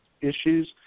issues